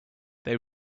they